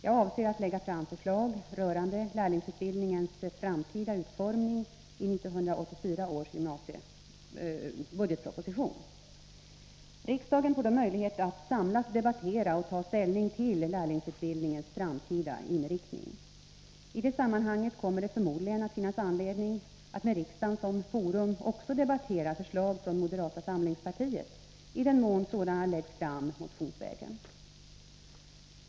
Jag avser att lägga fram förslag rörande lärlingsutbildningens framtida utformning i 1984 års budgetproposition. Riksdagen får då möjlighet att samlat debattera och ta ställning till lärlingsutbildningens framtida inriktning. I det sammanhanget kommer det förmodligen att finnas anledning att med riksdagen som forum också debattera förslag från moderata samlingspartiet, i den mån sådana läggs fram motionsvägen.